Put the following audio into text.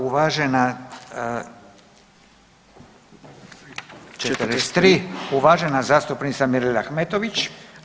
Uvažena, 43 uvažena zastupnica Mirela Ahmetović.